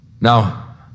Now